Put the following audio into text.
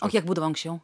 o kiek būdavo anksčiau